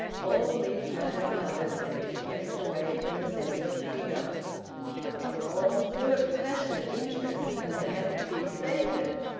all these matters, and others, had to be kept away from the central figure they were all full of passionate interest, and they had to be debated,